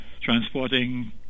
transporting